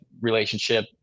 relationship